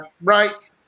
right